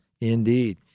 indeed